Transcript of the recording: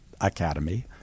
academy